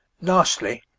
lastly,